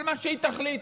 אבל מה שהיא תחליט,